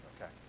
okay